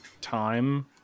time